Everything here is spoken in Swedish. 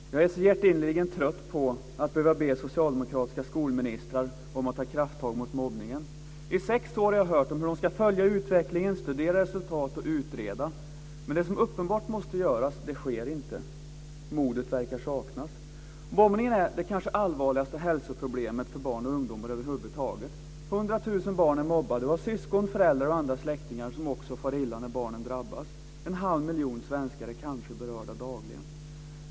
Herr talman! Jag är hjärtinnerligen trött på att behöva be socialdemokratiska skolministrar om att ta krafttag mot mobbningen. I sex år har jag hört hur de ska följa utvecklingen, studera resultat och utreda. Men det som uppenbarligen måste göras sker inte. Modet verkar saknas. Mobbning är det kanske allvarligaste hälsoproblemet för barn och ungdomar över huvud taget. 100 000 barn är mobbade och har syskon, föräldrar och släktingar som också far illa när barnen drabbas. En halv miljon svenskar är kanske berörda dagligen.